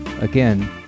Again